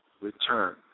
Return